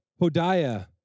Hodiah